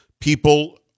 people